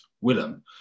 Willem